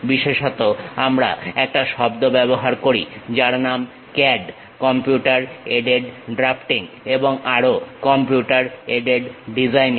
বিশেষত আমরা একটা শব্দ ব্যবহার করি যার নাম CAD কম্পিউটার এইডেড ড্রাফটিং এবং আরো কম্পিউটার এইডেড ডিজাইনিং